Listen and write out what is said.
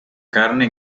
carne